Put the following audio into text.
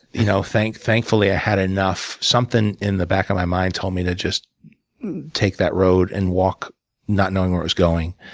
you know thankfully i had enough something in the back of my mind told me to just take that road, and walk not knowing where i was going.